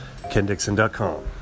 KenDixon.com